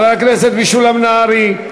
חבר הכנסת משולם נהרי,